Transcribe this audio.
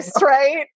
right